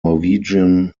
norwegian